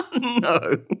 No